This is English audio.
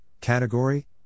category